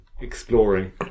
exploring